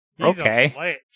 Okay